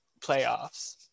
playoffs